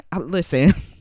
listen